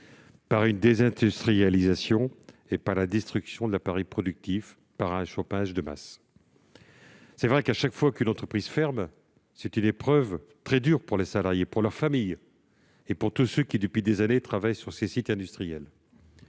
par une désindustrialisation, par la destruction de l'appareil productif et par un chômage de masse. Chaque fermeture d'entreprise est une épreuve très dure pour les salariés, pour leur famille et pour tous ceux qui, depuis des années, travaillent sur ces sites industriels.